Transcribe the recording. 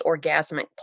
orgasmic